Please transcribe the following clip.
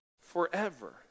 Forever